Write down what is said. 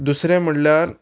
दुसरें म्हणल्यार